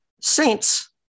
Saints